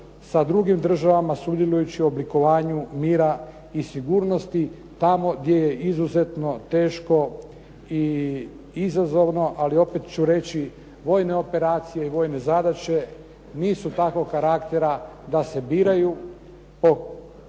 sa drugim državama, sudjelujući u oblikovanju mira i sigurnosti tamo gdje je izuzetno teško i izazovno. Ali opet ću reći, vojne operacije, vojne zadaće nisu takvog karaktera da se biraju